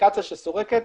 האפליקציה שסורקת,